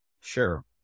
Sure